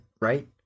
right